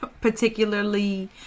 particularly